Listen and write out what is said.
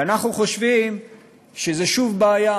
ואנחנו חושבים שזאת שוב בעיה,